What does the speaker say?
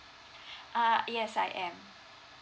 err yes I am